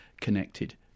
connected